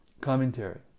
Commentary